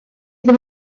ddim